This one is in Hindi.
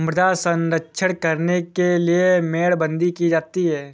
मृदा संरक्षण करने के लिए मेड़बंदी की जाती है